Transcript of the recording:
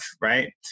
right